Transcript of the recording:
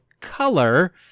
color